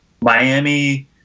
Miami